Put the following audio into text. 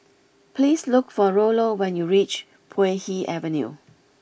please look for Rollo when you reach Puay Hee Avenue